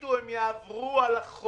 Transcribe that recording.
יפחיתו הם יעברו על החוק.